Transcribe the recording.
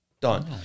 done